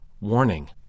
Warning